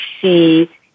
see